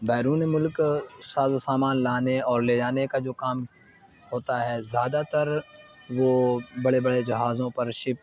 بیرون ملک ساز و سامان لانے اور لے جانے کا جو کام ہوتا ہے زیادہ تر وہ بڑے بڑے جہازوں پر شپ